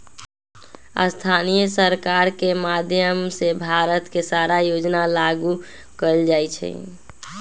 स्थानीय सरकार के माधयम से भारत के सारा योजना लागू कएल जाई छई